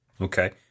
Okay